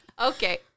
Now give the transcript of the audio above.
Okay